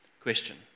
question